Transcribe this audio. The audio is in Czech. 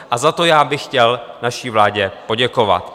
A za to já bych chtěl naší vládě poděkovat.